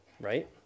right